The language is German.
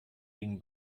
wegen